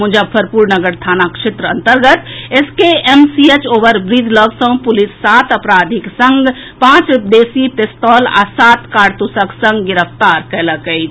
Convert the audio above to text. मुजफ्फरपुर नगर थाना क्षेत्र अंतर्गत एसकेएमसीएच ओवरब्रिज लऽग सॅ पुलिस सात अपराधीक संग पांच देसी पिस्तौल आ सात कारतूसक संग गिरफ्तार कयलक अछि